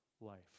life